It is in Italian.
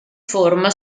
forma